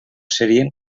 serien